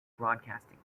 broadcasting